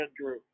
andrew